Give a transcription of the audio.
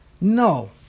No